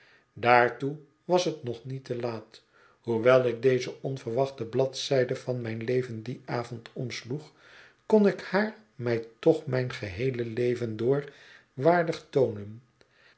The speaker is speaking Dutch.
daartoe was het nog niet te laat hoewel ik deze onverwachte bladzijde van mijn leven dien avond omsloeg kon ik haar mij toch mijn geheele leven door waardig toonen